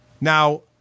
Now